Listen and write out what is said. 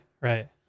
right